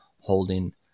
holding